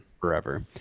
forever